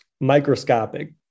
microscopic